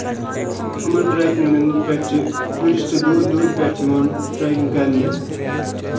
یِمن ٹرٛیکنگن پٮ۪ٹھ چھِ ٹوٗرِسٹ دوٗرِ دوٗرِ پٮ۪ٹھ یِوان ٹریکِنگ کَرنہِ